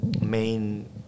main